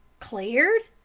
cleared?